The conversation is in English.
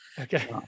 Okay